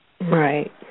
Right